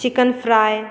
chicken fry